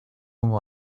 como